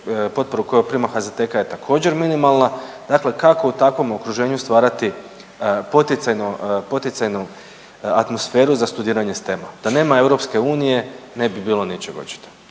potporu koju prima HZTK-a je također minimalna, dakle kako u takvom okruženju stvarati poticajno, poticajnu atmosferu za studiranje STEM-a? Da nema EU, ne bi bilo ničeg očito.